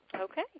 Okay